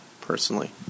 personally